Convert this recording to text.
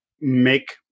make